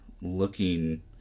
looking